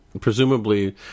presumably